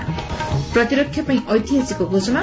ପ୍ରତିରକ୍ଷା ପାଇଁ ଐତିହାସିକ ଘୋଷଣା